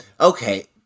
okay